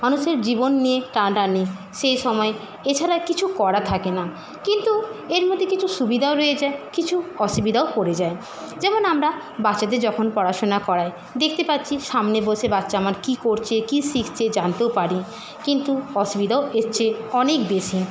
মানুষের জীবন নিয়ে টানাটানি সেই সময়ে এছাড়া কিছু করা থাকে না কিন্তু এর মধ্যে কিছু সুবিধাও রয়েছে কিছু অসুবিধাও পড়ে যায় যেমন আমরা বাচ্চাদের যখন পড়াশোনা করাই দেখতে পাচ্ছি সামনে বসে বাচ্চা আমার কি করছে কি শিখছে জানতেও পারি কিন্তু অসুবিধাও এর চেয়ে অনেক বেশি